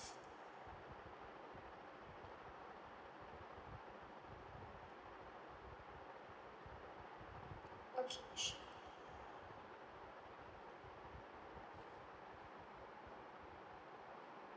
okay sure